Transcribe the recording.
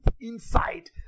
inside